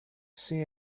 say